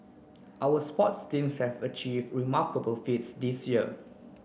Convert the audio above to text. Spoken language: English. our sports teams has achieve remarkable feats this year